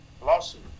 lawsuit